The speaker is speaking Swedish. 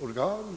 organ.